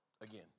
Again